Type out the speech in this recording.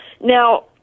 Now